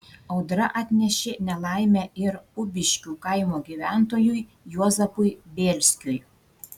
audra atnešė nelaimę ir ubiškių kaimo gyventojui juozapui bėlskiui